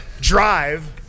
drive